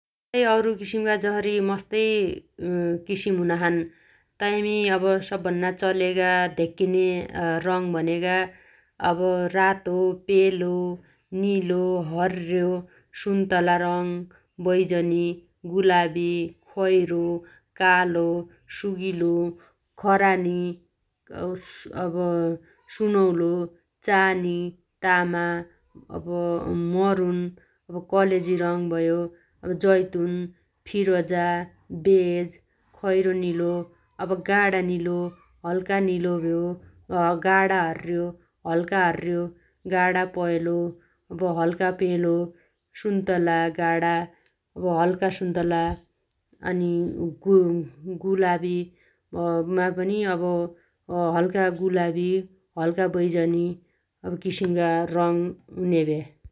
अरु किसिमगा जसरी मस्तै किसिम हुनाछन् । ताइमी अब सबभन्ना चलेगा धेक्किन्या रंग भनेगा अब रातो पेलो निलो हर्र्यो सुन्तला रंग बैजनी गुलाबी खैरो कालो सुगिलो खरानी अब सुनौलो चानी तामा अब मरुन कलेजी रंग भयो अब जैतुन फिरोजा बेज खैरो निलो अब गाणा निलो हल्का निलो भ्यो । गाणा हर्र्यो हल्का हर्र्यो गाणा पहेलो अब हल्का पेलो सुन्तला गाणा अब हल्का सुन्तला अनि गु-गुलावीमा पनि हल्का गुलाबी हल्का बैजनी किसिमगा रंग हुन्या भ्या ।